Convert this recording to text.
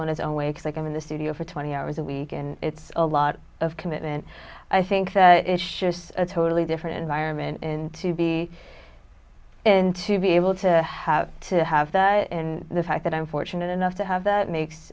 in his own way of thinking in the studio for twenty hours a week and it's a lot of commitment i think that it's just a totally different environment in to be in to be able to have to have that in the fact that i'm fortunate enough to have that make